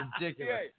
ridiculous